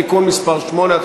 (תיקון מס' 8),